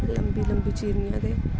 लम्बी लम्बी चीरनियां ते